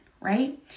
right